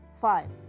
five